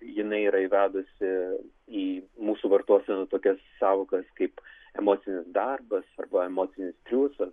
jinai yra įvedusi į mūsų vartoseną tokias sąvokas kaip emocinis darbas arba emocijų triūsas